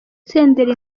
senderi